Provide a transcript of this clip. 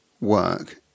work